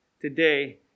Today